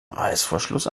reißverschluss